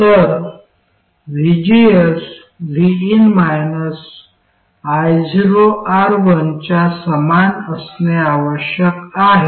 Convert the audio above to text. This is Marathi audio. तर vgs vin ioR1 च्या समान असणे आवश्यक आहे